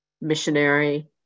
missionary